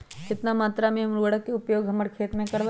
कितना मात्रा में हम उर्वरक के उपयोग हमर खेत में करबई?